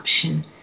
option